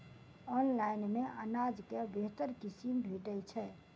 Online मे अनाज केँ बेहतर किसिम भेटय छै?